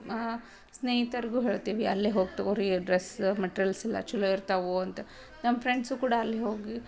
ಸ್ನೇಹಿತರಿಗೂ ಹೇಳ್ತೀವಿ ಅಲ್ಲೇ ಹೋಗಿ ತಗೋ ರೀ ಡ್ರಸ್ಸ ಮಟ್ರಿಯಲ್ಸ್ ಎಲ್ಲ ಛಲೊ ಇರ್ತಾವೆ ಅಂತ ನಮ್ಮ ಪ್ರೆಂಡ್ಸೂ ಕೂಡ ಅಲ್ಲಿ ಹೋಗಿ